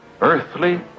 Earthly